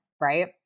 right